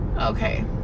okay